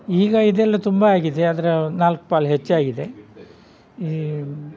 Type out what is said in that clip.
ಈಗ ಇದೆಲ್ಲ ತುಂಬ ಆಗಿದೆ ಅದರ ನಾಲ್ಕು ಪಾಲು ಹೆಚ್ಚಾಗಿದೆ ಈ